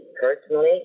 personally